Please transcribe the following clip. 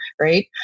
right